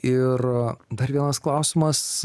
ir dar vienas klausimas